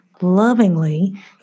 lovingly